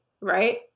right